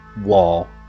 wall